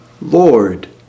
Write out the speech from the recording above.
Lord